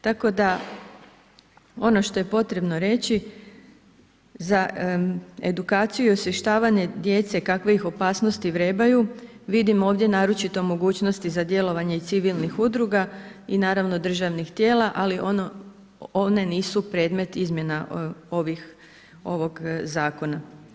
Tako da ono što je potrebno reći, za edukaciju i osvještavanje djece kakve ih opasnosti vrebaju, vidimo ovdje naročito mogućnosti za djelovanje i civilnih udruga i naravno, državnih tijela, ali one nisu predmet izmjena ovog Zakona.